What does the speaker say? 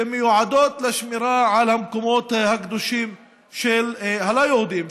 שמיועדות לשמירה על המקומות הקודשים של הלא-יהודים,